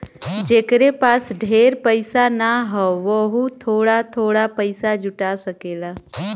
जेकरे पास ढेर पइसा ना हौ वोहू थोड़ा थोड़ा पइसा जुटा सकेला